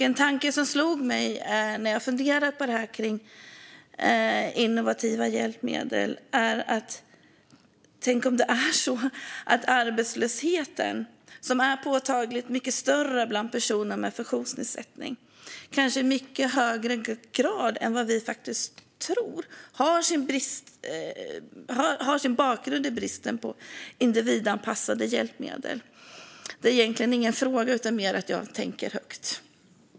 En tanke som slog mig när jag funderade på detta med innovativa hjälpmedel var: Tänk om arbetslösheten, som är påtagligt mycket större bland personer med funktionsnedsättning, kanske i mycket högre grad än vad vi tror har sin bakgrund i bristen på individanpassade hjälpmedel. Det är egentligen ingen fråga utan mer att jag tänker högt.